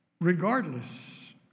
regardless